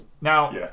Now